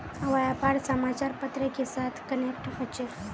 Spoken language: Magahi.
व्यापार समाचार पत्र के साथ कनेक्ट होचे?